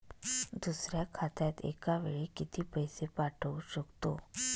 दुसऱ्या खात्यात एका वेळी किती पैसे पाठवू शकतो?